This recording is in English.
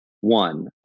one